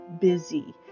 busy